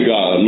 God